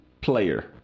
player